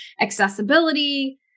accessibility